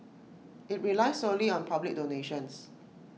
IT relies solely on public donations